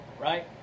Right